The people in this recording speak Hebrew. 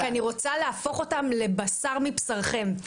כי אני רוצה להפוך אותם לבשר מבשרכם,